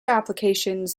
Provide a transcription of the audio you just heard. applications